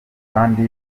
kandi